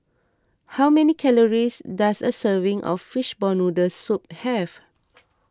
how many calories does a serving of Fishball Noodle Soup have